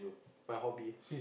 my hobby